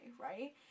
right